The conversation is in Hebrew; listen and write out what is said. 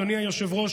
אדוני היושב-ראש,